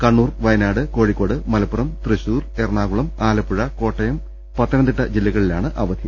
കണ്ണൂർ വയനാട് കോഴിക്കോട് മലപ്പുറം തൃശൂർ എറണാകുളം ആലപ്പുഴ കോട്ടയം പത്തനംതിട്ട ജില്ലകളിലാണ് അവധി